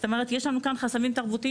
זאת אומרת, יש לנו כאן חסמים תרבותיים.